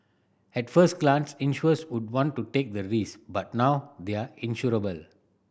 at first glance insurers wouldn't want to take the risk but now they are insurable